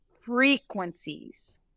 frequencies